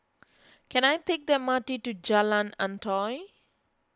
can I take the M R T to Jalan Antoi